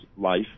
life